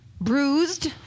bruised